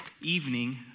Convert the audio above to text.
evening